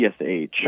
PSH